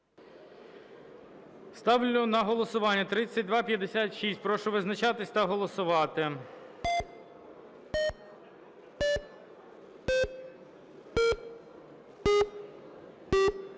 Ставлю на голосування правка 3248. Прошу визначатись та голосувати.